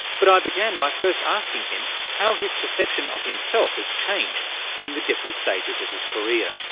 but i began by first asking him how his perception of himself has changed during the different stages of his career.